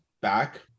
back